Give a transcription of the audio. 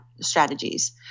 strategies